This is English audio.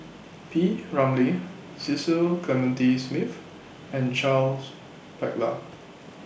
P Ramlee Cecil Clementi Smith and Charles Paglar